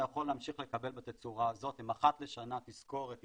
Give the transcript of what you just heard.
יכול להמשיך ולקבל בתצורה הזאת הן אחת לשנה תזכורת,